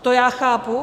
To já chápu.